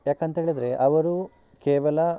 ಯಾಕಂಥೇಳಿದ್ರೆ ಅವರು ಕೇವಲ